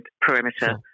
perimeter